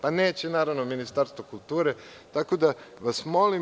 Pa, neće, naravno, Ministarstvo kulture, tako da vas molim…